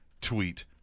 tweet